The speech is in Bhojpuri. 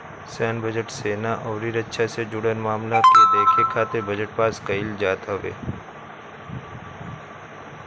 सैन्य बजट, सेना अउरी रक्षा से जुड़ल मामला के देखे खातिर बजट पास कईल जात हवे